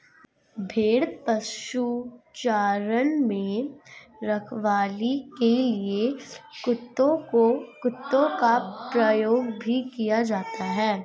भेड़ पशुचारण में रखवाली के लिए कुत्तों का प्रयोग भी किया जाता है